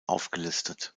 aufgelistet